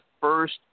first